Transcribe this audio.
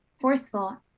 forceful